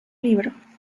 libro